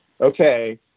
okay